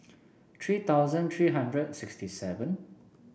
three thousand three hundred sixty seven